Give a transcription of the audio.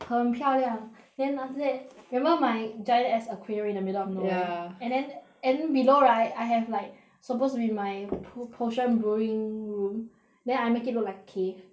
很漂亮 then after that remember my giant ass aquarium in the middle of nowhere ya and then and below right I have like supposed to be my po~ potion brewing room then I make it look like cave